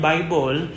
Bible